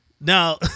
Now